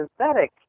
synthetic